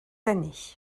années